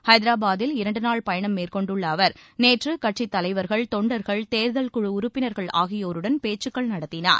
ஹைதராபாதில் இரண்டு நாள் பயணம் மேற்கொண்டுள்ள அவர் நேற்று கட்சித் தலைவர்கள் தொண்டர்கள் ஊழியர்கள் தேர்தல் குழு உறுப்பினர்கள் ஆகியோருடன் பேச்சுக்கள் நடத்தினார்